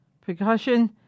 percussion